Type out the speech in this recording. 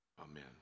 Amen